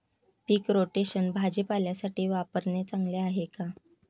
पीक rotation भाजीपाल्यासाठी वापरणे चांगले आहे का?